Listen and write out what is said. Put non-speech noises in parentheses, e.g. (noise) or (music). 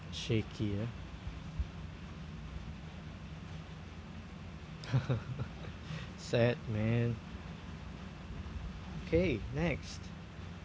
ya (laughs) sad man okay next